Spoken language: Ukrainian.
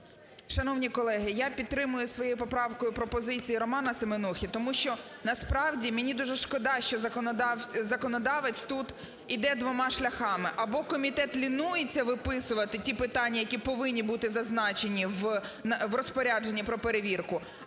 Шановні колеги, я підтримую своєю поправкою пропозиції Романа Семенухи, тому що насправді мені дуже шкода, що законодавець тут іде двома шляхами. Або комітет лінується виписувати ті питання, які повинні бути зазначені в розпорядженні про перевірку,